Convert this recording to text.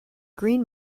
green